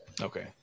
Okay